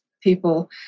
people